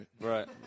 right